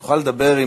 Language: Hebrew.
תוכל לדבר,